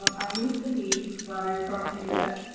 um i moved to leeds, where i currently live,